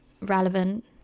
relevant